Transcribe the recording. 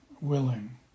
willing